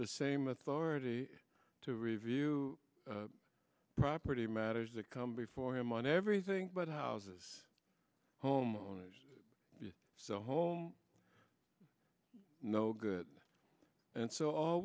the same authority to review property matters that come before him on everything but houses homeowners so no good and so all